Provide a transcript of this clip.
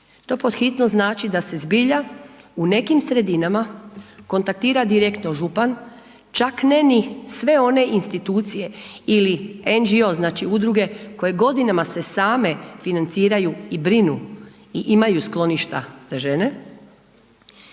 To pod hitno znači da se zbilja u nekim sredinama kontaktira direktno župan, čak ne ni sve one institucije ili NGO, znači udruge koje godinama se same financiraju i brinu i imaju skloništa za žene